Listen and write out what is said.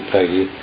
Peggy